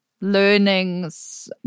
learnings